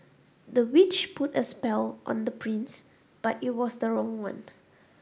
the witch put a spell on the prince but it was the wrong one